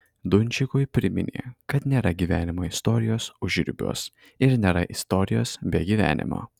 dunčikui priminė kad nėra gyvenimo istorijos užribiuos ir nėra istorijos be gyvenimo